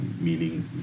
meaning